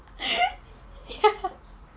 ya